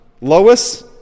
Lois